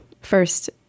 first